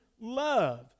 love